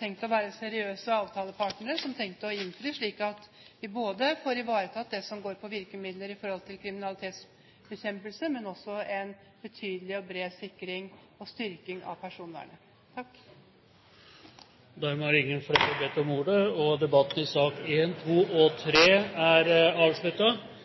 tenkt å være seriøse avtalepartnere som har tenkt å innfri, slik at vi får ivaretatt ikke bare det som går til virkemidler i kriminalitetsbekjempelse, men også en betydelig og bred sikring og styrking av personvernet. Flere har ikke bedt om ordet til sakene nr. 1, 2 og 3. I